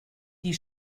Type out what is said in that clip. die